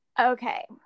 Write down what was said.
Okay